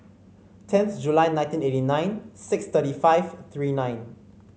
tenth July nineteen eighty nine six thirty five three nine